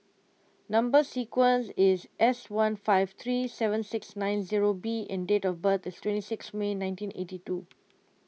Number Sequence is S one five three seven six nine zero B and date of birth is twenty six May nineteen eighty two